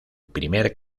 primer